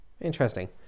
Interesting